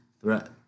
threat